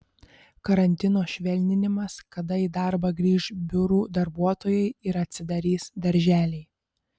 karantino švelninimas kada į darbą grįš biurų darbuotojai ir atsidarys darželiai